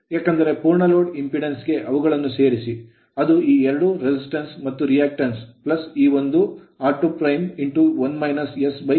ಏಕೆಂದರೆ ಸಂಪೂರ್ಣ impedance ಅಡೆತಡೆ ಗೆ ಅವುಗಳನ್ನು ಸೇರಿಸಿ ಅದು ಈ ಎರಡು resistance ರೆಸಿಟನ್ಸ್ ಮತ್ತು reactance ಪ್ರತಿವರ್ತನೆ ಈ ಒಂದು r2 1 - ss